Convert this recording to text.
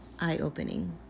eye-opening